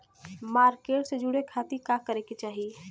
Market से जुड़े खाती का करे के चाही?